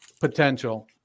potential